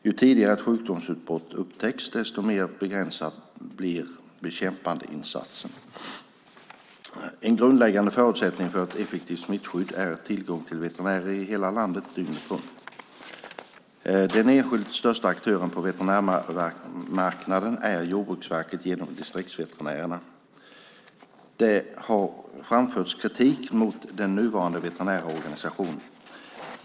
Ju tidigare ett sjukdomsutbrott upptäcks desto mer begränsad blir bekämpandeinsatsen. En grundläggande förutsättning för ett effektivt smittskydd är tillgång till veterinärer i hela landet dygnet runt. Den enskilt största aktören på veterinärmarknaden är Jordbruksverket genom distriktsveterinärerna. Det har framförts kritik mot den nuvarande veterinära organisationen.